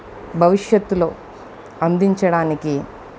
భవిష్యత్తులో అందించడానికి